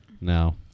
No